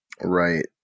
right